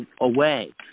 away